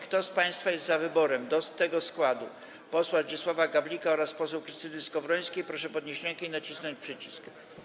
Kto z państwa posłów jest za wyborem do tego składu posła Zdzisława Gawlika oraz poseł Krystyny Skowrońskiej, proszę podnieść rękę i nacisnąć przycisk.